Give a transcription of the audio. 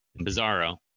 Bizarro